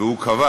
והוא קבע